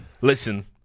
listen